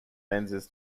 lenses